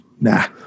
nah